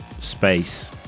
space